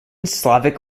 slavic